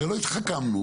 לא התחכמנו,